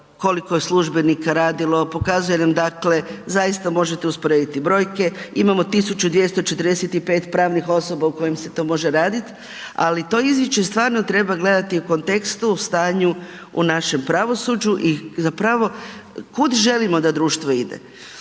koliko je službenika radilo, pokazuje nam dakle, zaista možete usporediti brojke, imamo 1245 pravnih osoba u kojima se to može raditi ali to izvješće stvarno treba gledati u kontekstu, o stanju u našem pravosuđu i zapravo kud želimo da društvo ide,